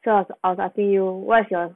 so I was I was asking you what is your